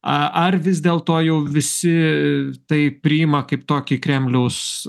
a ar vis dėlto jau visi tai priima kaip tokį kremliaus